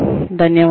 ధన్యవాదాలు